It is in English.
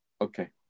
Okay